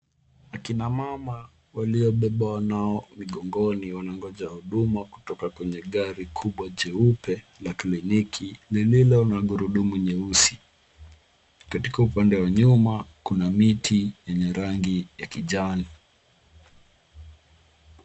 Akina mama waliobeba wanao migongoni wanangoja huduma kutoka kwenye gari kubwa cheupe la kliniki lilo na gurudumu nyeusi. Katika upande wa nyuma kuna miti yenye rangi ya kijani.